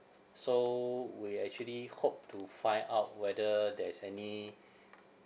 so we actually hope to find out whether there's any